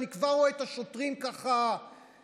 אני כבר רואה את השוטרים ככה עצבנים.